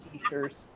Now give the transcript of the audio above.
teachers